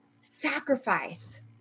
sacrifice